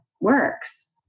works